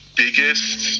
biggest